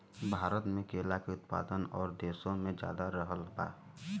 भारत मे केला के उत्पादन और देशो से ज्यादा रहल बा